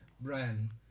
Brian